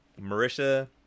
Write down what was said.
Marisha